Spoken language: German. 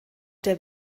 der